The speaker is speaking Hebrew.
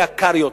יקר יותר.